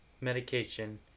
medication